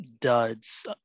duds